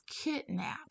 kidnapped